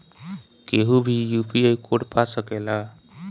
केहू भी UPI code पा सकेला?